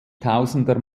tausender